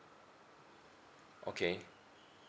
okay